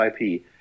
IP